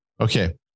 Okay